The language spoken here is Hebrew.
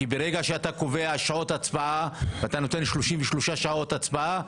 כי ברגע שאתה קובע שעות הצבעה ואתה נותן 33 שעות הצבעה,